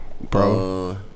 Bro